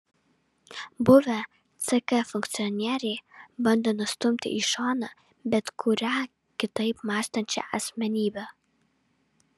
buvę ck funkcionieriai bando nustumti į šoną bet kurią kitaip mąstančią asmenybę